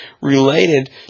related